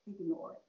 ignore